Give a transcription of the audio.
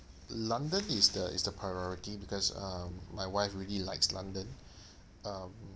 london is the is the priority because um my wife really likes london um